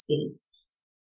space